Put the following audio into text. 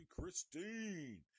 Christine